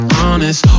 honest